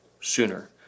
sooner